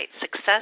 success